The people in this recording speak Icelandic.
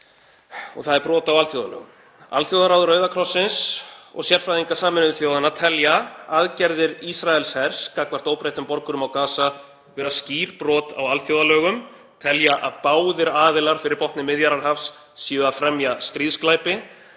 og það er brot á alþjóðalögum. Alþjóðaráð Rauða krossins og sérfræðingar Sameinuðu þjóðanna telja aðgerðir Ísraelshers gagnvart óbreyttum borgurum á Gaza vera skýr brot á alþjóðalögum, telja að báðir aðilar fyrir botni Miðjarðarhafs séu að fremja stríðsglæpi.